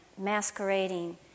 masquerading